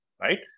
right